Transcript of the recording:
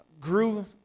grew